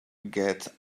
get